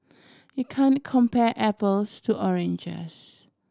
you can't compare apples to oranges